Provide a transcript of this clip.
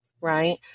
right